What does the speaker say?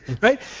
Right